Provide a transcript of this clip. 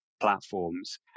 platforms